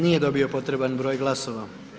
Nije dobio potreban broj glasova.